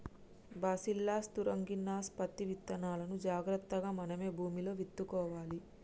bacillus thuringiensis పత్తి విత్తనాలును జాగ్రత్తగా మనమే భూమిలో విత్తుకోవాలి